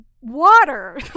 water